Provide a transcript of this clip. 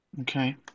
Okay